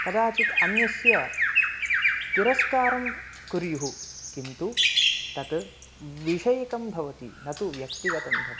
कदाचित् अन्यस्य तिरस्कारं कुर्युः किन्तु तत् विषयिकं भवति न तु व्यक्तिगतं भवति